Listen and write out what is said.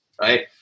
Right